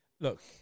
Look